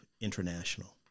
international